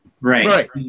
Right